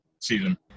season